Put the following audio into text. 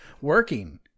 working